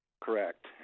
Correct